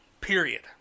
Period